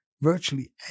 virtually